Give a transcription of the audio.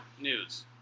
news